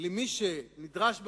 למי שנדרש בחוק,